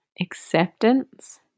acceptance